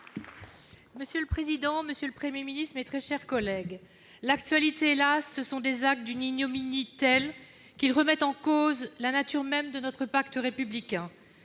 Monsieur le président, monsieur le Premier ministre, mes très chers collègues, ce qui fait l'actualité, hélas, ce sont des actes d'une ignominie telle qu'ils remettent en cause la nature même de notre pacte républicain.